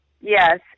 Yes